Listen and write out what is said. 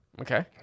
Okay